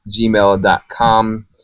gmail.com